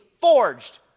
forged